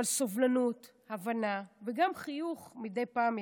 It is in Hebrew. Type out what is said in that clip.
אבל סובלנות, הבנה וגם חיוך מדי פעם יעזרו.